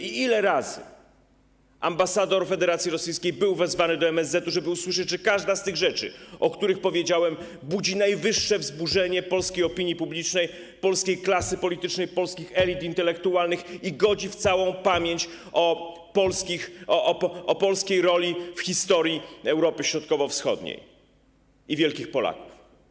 Ile razy ambasador Federacji Rosyjskiej był wezwany do MSZ-etu, żeby usłyszeć, że każda z tych rzeczy, o których powiedziałem, budzi najwyższe wzburzenie polskiej opinii publicznej, polskiej klasy politycznej, polskich elit intelektualnych i godzi w pamięć o polskiej roli w historii Europy Środkowo-Wschodniej i wielkich Polaków?